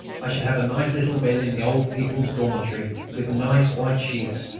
i should have a nice little bed in the old people's dormitory, with nice white sheets,